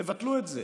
תבטלו את זה.